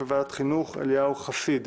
בוועדת חינוך אליהו חסיד.